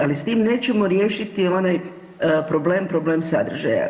Ali s tim nećemo riješiti onaj problem, problem sadržaja.